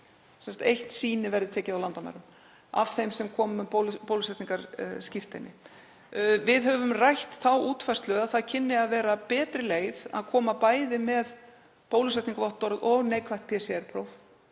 sagt eitt sýni verði tekið á landamærum af þeim sem koma með bólusetningarskírteini. Við höfum rætt þá útfærslu að það kynni að vera betri leið að koma bæði með bólusetningarvottorð og neikvætt PCR-próf